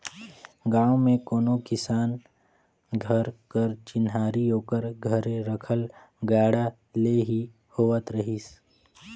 गाँव मे कोनो किसान घर कर चिन्हारी ओकर घरे रखल गाड़ा ले ही होवत रहिस